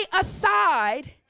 aside